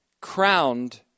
crowned